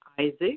Isaac